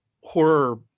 horror